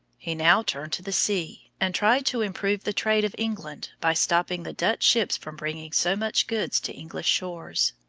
he now turned to the sea, and tried to improve the trade of england by stopping the dutch ships from bringing so much goods to english shores.